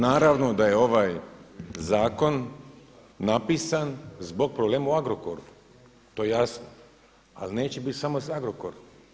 Naravno da je ovaj zakon napisan zbog problema u Agrokoru to je jasno, ali neće biti samo s Agrokorom.